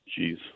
Jeez